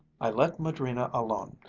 i let madrina alone,